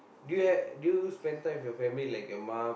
do you have do you spend time with your family like your mum